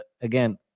again